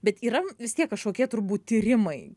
bet yra m vis tiek kažkokie turbūt tyrimai